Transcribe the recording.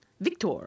Victor